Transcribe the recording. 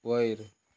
वयर